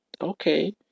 okay